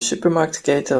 supermarktketen